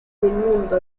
mundo